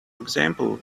example